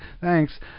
thanks